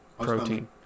protein